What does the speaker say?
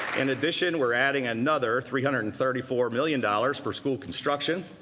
in addition, we're adding another three hundred and thirty four million dollars for school construction,